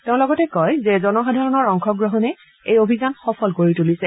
তেওঁ লগতে কয় যে জনসাধাৰণৰ অংশগ্ৰহণে এই অভিযান সফল কৰি তুলিছে